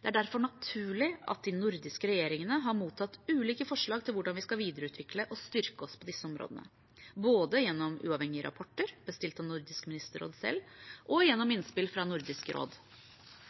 Det er derfor naturlig at de nordiske regjeringene har mottatt ulike forslag til hvordan vi kan videreutvikle og styrke oss på disse områdene, både gjennom uavhengige rapporter bestilt av Nordisk ministerråd selv og gjennom innspill fra Nordisk råd.